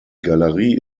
galerie